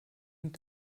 und